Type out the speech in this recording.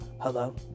Hello